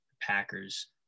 Packers